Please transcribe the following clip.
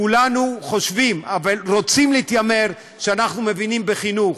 כולנו רוצים, מתיימרים, שאנחנו מבינים בחינוך,